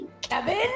kevin